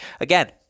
again